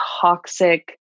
toxic